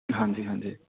ਹਾਂਜੀ ਹਾਂਜੀ